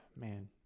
man